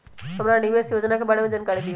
हमरा निवेस योजना के बारे में जानकारी दीउ?